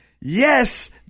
yes